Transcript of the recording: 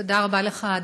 תודה רבה לך,